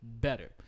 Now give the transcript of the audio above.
better